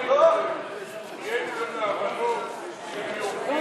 חמש דקות לרשותך.